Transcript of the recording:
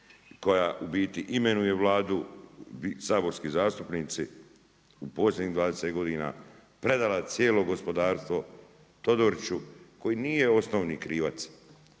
koja u biti imenuje Vladu, saborski zastupnici u posljednjih 20 godina predala cijelo gospodarstvo Todoriću koji nije osnovni krivac.